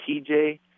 TJ